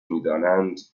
میدانند